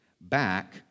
back